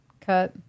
cut